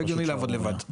זה לא הגיוני לעבוד לבד.